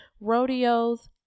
rodeos